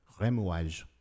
remouage